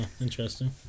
interesting